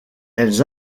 elles